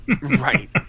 Right